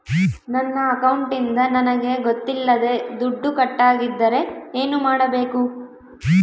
ನನ್ನ ಅಕೌಂಟಿಂದ ನನಗೆ ಗೊತ್ತಿಲ್ಲದೆ ದುಡ್ಡು ಕಟ್ಟಾಗಿದ್ದರೆ ಏನು ಮಾಡಬೇಕು?